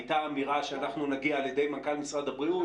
הייתה אמירה על ידי מנכ"ל משרד הבריאות